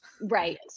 Right